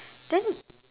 then